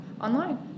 online